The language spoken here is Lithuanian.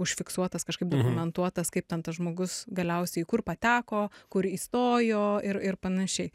užfiksuotas kažkaip dokumentuotas kaip ten tas žmogus galiausiai į kur pateko kur įstojo ir ir panašiai